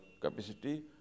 capacity